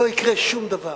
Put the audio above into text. לא יקרה שום דבר.